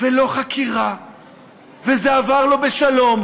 ולא חקירה וזה עבר לו בשלום.